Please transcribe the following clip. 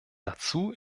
dazu